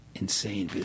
insane